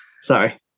Sorry